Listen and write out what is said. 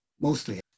mostly